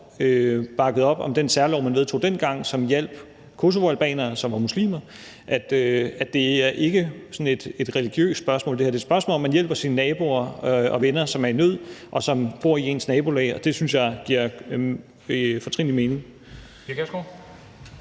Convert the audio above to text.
bakkede op om den særlov, man vedtog dengang, som hjalp kosovoalbanere, som var muslimer, så er det ikke sådan et religiøst spørgsmål. Det er et spørgsmål om, at man hjælper sine naboer og venner, som er i nød, og som bor i ens nabolag, og det synes jeg giver fortrinlig mening.